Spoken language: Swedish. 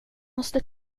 måste